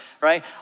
right